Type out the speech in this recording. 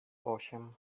osiem